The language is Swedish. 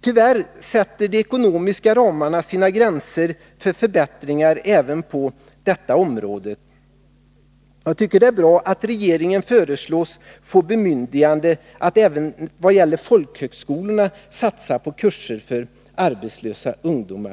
Tyvärr sätter de ekonomiska ramarna sina gränser för förbättringar även på detta område. Jag tycker att det är bra att regeringen föreslås få bemyndigande att även när det gäller folkhögskolorna satsa på kurser för arbetslösa ungdomar.